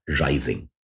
rising